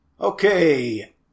Okay